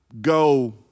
go